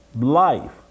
life